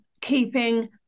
keeping